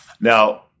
Now